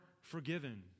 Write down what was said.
forgiven